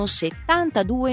72